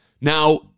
Now